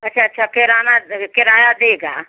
अच्छा अच्छा किराना किराया देगा